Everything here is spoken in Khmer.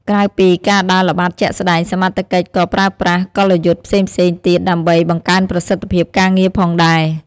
ក្រៅពី ការដើរល្បាតជាក់ស្តែង សមត្ថកិច្ច ក៏ប្រើប្រាស់ កលយុទ្ធផ្សេងៗ ទៀតដើម្បី បង្កើនប្រសិទ្ធភាព ការងារផងដែរ។